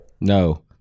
No